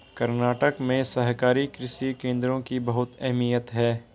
कर्नाटक में सहकारी कृषि केंद्रों की बहुत अहमियत है